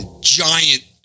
giant